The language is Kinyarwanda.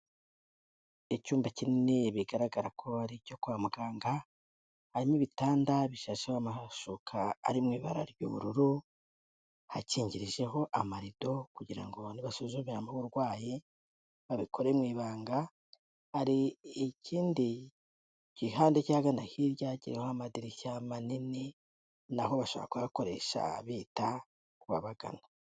Icyumba kinini bigaragara ko ari icyo kwa muganga, harimo ibitanda bishasha amashuka ari mu ibara ry'ubururu, hakingirijeho amarido kugira ngo nibasuzumiramo uburwayi, babikore mu ibanga; hari ikindi gihande cy'ahagana hirya, kiriho amadirishya manini, na ho bashaka kuhakoresha bita ku babagana.